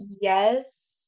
Yes